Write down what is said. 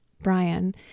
brian